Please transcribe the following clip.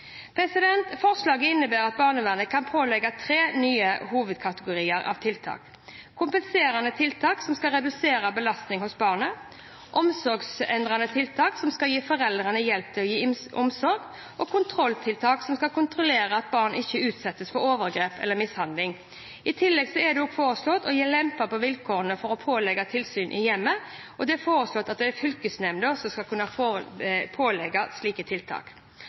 dette. Forslaget innebærer at barnevernet kan pålegge tre nye hovedkategorier av tiltak: kompenserende tiltak, som skal redusere belastning på barnet omsorgsendrende tiltak, som skal gi foreldrene hjelp til å gi omsorg kontrolltiltak, som skal kontrollere at barn ikke utsettes for overgrep eller mishandling I tillegg er det også foreslått å lempe på vilkårene for å pålegge tilsyn i hjemmet, og det er foreslått at det er fylkesnemnda som skal kunne pålegge slike tiltak.